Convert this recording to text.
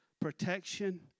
protection